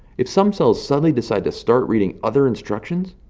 if some cells suddenly decide to start reading other instructions,